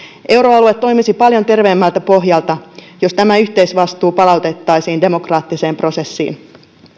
euroalue toimisi paljon terveemmältä pohjalta jos tämä yhteisvastuu palautettaisiin demokraattiseen prosessiin